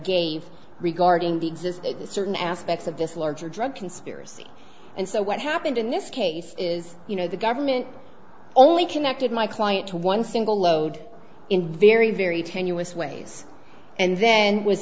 gave regarding the just certain aspects of this larger drug conspiracy and so what happened in this case is you know the government only connected my client to one single load in very very tenuous ways and then was